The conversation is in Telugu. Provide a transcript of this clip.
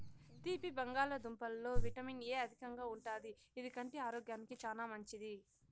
తీపి బంగాళదుంపలలో విటమిన్ ఎ అధికంగా ఉంటాది, ఇది కంటి ఆరోగ్యానికి చానా మంచిది